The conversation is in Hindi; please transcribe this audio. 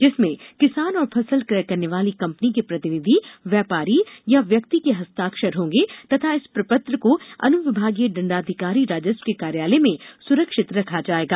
जिसमें किसान और फसल क्रय करने वाली कम्पनी के प्रतिनिधि व्यापारी या व्यक्ति के हस्ताक्षर होंगे तथा इस प्रपत्र को अनुविभागीय दण्डाधिकारी राजस्व के कार्यालय में सुरक्षित रखा जायेगा